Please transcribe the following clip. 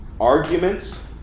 arguments